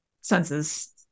senses